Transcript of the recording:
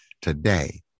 Today